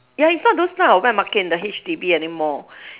ya it's not those type of wet market in the H_D_B anymore